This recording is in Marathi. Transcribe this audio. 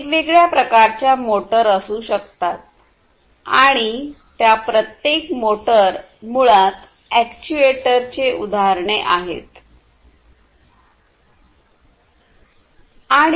वेगवेगळ्या प्रकारच्या मोटर असू शकतात आणि त्या प्रत्येक मोटर मुळात अॅक्ट्युएटरचे उदाहरणआहेत